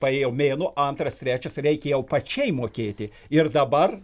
paėjo mėnuo antras trečias reikia jau pačiai mokėti ir dabar